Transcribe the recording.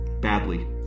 Badly